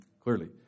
clearly